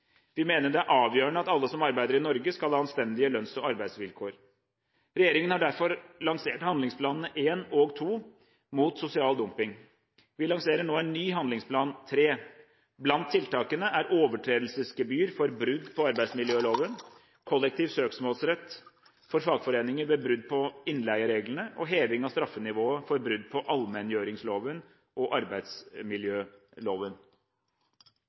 Vi mener det er avgjørende at alle som arbeider i Norge, skal ha anstendige lønns- og arbeidsvilkår. Regjeringen har derfor lansert handlingsplanene 1 og 2 mot sosial dumping. Vi lanserer nå en ny handlingsplan 3. Blant tiltakene er overtredelsesgebyr for brudd på arbeidsmiljøloven, kollektiv søksmålsrett for fagforeninger ved brudd på innleiereglene og heving av straffenivået for brudd på allmenngjøringsloven og arbeidsmiljøloven.